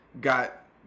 got